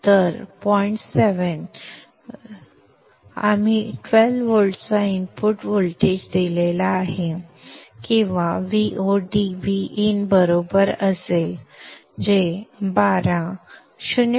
तर 0 पॉइंट 7 आम्ही 12 व्होल्टचा इनपुट व्होल्टेज दिला आहे किंवा Vo dVin बरोबर असेल जे 12 0